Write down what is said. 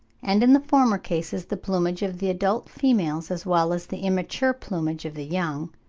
and in the former cases the plumage of the adult females, as well as the immature plumage of the young,